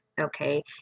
Okay